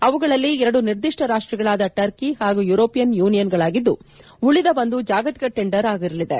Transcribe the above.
ಅವುಗಳಲ್ಲಿ ಎರಡು ನಿರ್ದಿಷ್ಟ ರಾಷ್ತಗಳಾದ ಟರ್ಕಿ ಹಾಗೂ ಯುರೋಪಿಯನ್ ಯೂನಿಯನ್ಗಳಾಗಿದ್ದು ಉಳಿದ ಒಂದು ಜಾಗತಿಕ ಟೆಂಡರ್ ಆಗಿರಲಿದೆ